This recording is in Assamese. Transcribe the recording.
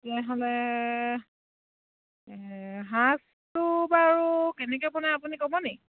তেতিয়াহ'লে সাঁজটো বাৰু কেনেকৈ বনাই আপুনি ক'বনি